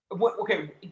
Okay